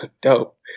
Dope